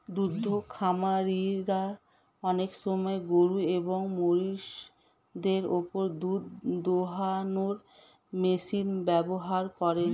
দুদ্ধ খামারিরা অনেক সময় গরুএবং মহিষদের ওপর দুধ দোহানোর মেশিন ব্যবহার করেন